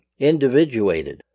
individuated